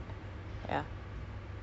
ah animal crossing